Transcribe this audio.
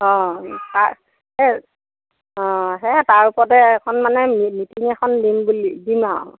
অ তাৰ অ সেই তাৰ ওপৰতে এখন মানে মিটিং এখন দিম বুলি দিম আৰু